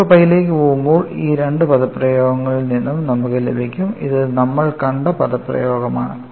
alpha പൈയിലേക്ക് പോകുമ്പോൾ ഈ രണ്ട് പദപ്രയോഗങ്ങളിൽ നിന്നും നമുക്ക് ലഭിക്കും ഇത് നമ്മൾ കണ്ട പദപ്രയോഗമാണ്